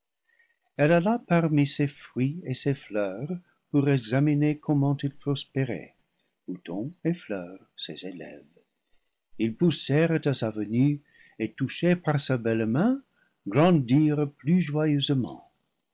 elle alla parmi ses fruits et ses fleurs pour examiner comment ils prospéraient bouton et fleur ses élèves ils poussèrent à sa venue et touchés par sa belle main grandirent plus joyeusement